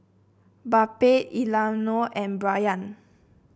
Babette Emiliano and Brayan